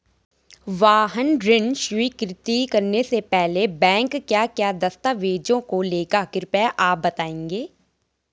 वाहन ऋण स्वीकृति करने से पहले बैंक क्या क्या दस्तावेज़ों को लेगा कृपया आप बताएँगे?